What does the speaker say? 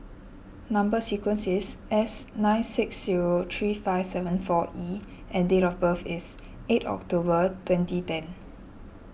Number Sequence is S nine six zero three five seven four E and date of birth is eight October twenty ten